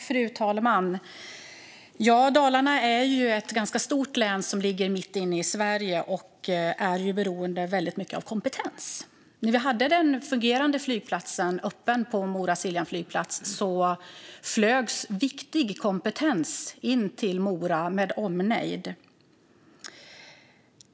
Fru talman! Dalarna är ett ganska stort län som ligger mitt inne i Sverige och är väldigt beroende av kompetens. När vi hade den fungerande flygplatsen Mora-Siljan öppen flögs viktig kompetens in till Mora med omnejd.